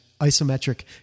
isometric